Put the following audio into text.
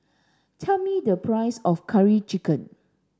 tell me the price of curry chicken